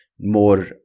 more